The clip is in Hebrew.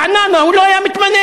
ברעננה הוא לא היה מתמנה,